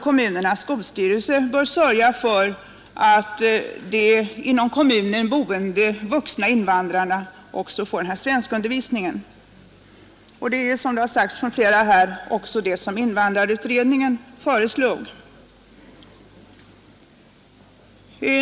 Kommunernas skolstyrelser bör följaktligen också sörja för att de inom kommunen boende vuxna invandrarna får denna svenskundervisning. Detta är, som det sagts av flera talare här, också vad invandrarutredningen föreslår.